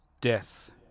Death